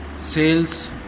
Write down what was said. sales